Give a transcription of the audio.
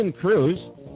Cruz